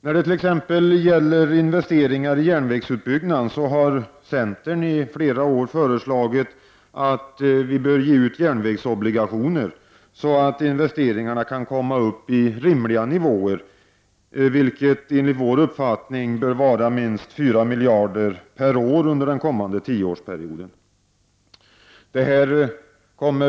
När det t.ex. gäller investeringar i järnvägsutbyggnad har centern i flera år föreslagit att järnvägsobligationer bör ges ut, så att investeringarna kan komma upp i rimliga nivåer, vilket enligt vår uppfattning bör vara minst 4 miljarder kronor per år under den kommande tioårsperioden.